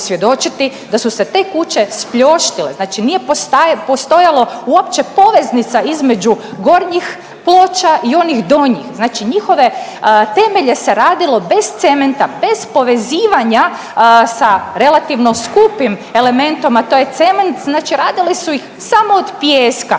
da su se te kuće spljoštile, znači nije postojalo uopće poveznica između gornjih ploča i onih donjih. Znači njihove temelje se radilo bez cementom, bez povezivanja sa relativno skupim elementom a to je cement. Znači radili su ih samo od pijeska.